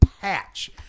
patch